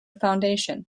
foundation